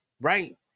Right